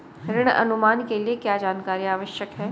ऋण अनुमान के लिए क्या जानकारी आवश्यक है?